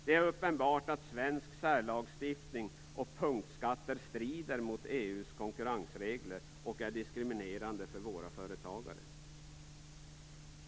Det är uppenbart att svensk särlagstiftning och punktskatter strider mot EU:s konkurrensregler och är diskriminerande för våra företagare.